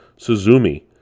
Suzumi